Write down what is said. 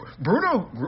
Bruno